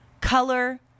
color